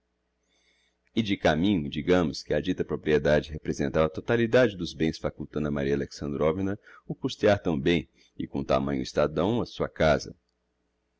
e de caminho digamos que a dita propriedade representava a totalidade dos bens facultando a maria alexandrovna o custear tão bem e com tamanho estadão a sua casa